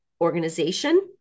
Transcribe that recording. organization